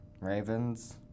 Ravens